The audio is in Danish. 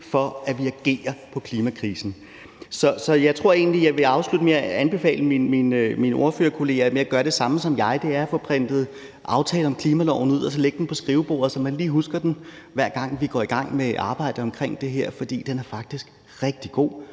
for at vi agerer på klimakrisen. Så jeg tror egentlig, at jeg vil afslutte med at anbefale mine ordførerkolleger at gøre det samme som mig, og det er at få printet aftalen om klimaloven ud og lægge den på skrivebordet, så vi lige husker den, hver gang vi går i gang med arbejdet omkring det her, for den er faktisk rigtig god,